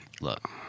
look